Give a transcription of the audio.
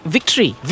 Victory